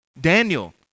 Daniel